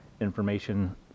information